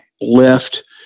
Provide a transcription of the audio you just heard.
Left